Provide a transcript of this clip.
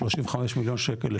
35 מיליון שקל לשנה.